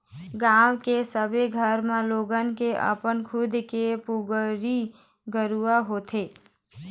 गाँव के सबे घर म लोगन के अपन खुद के पोगरी घुरूवा होथे ही